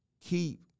keep